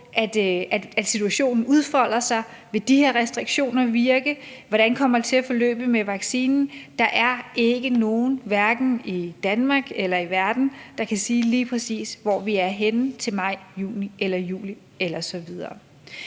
at situationen udfolder sig. Vil de her restriktioner virke? Hvordan kommer det til at forløbe med vaccinen? Der er ikke nogen, hverken i Danmark eller i verden, der kan sige, lige præcis hvor vi er henne til maj, juni eller juli osv.